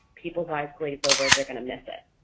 people's eyes glaze over, they're going to miss it.